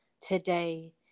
today